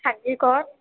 ہاں جی کون